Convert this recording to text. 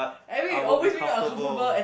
I will be comfortable